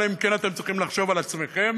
אלא אם כן אתם צריכים לחשוב על עצמכם